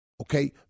Okay